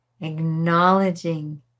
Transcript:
Acknowledging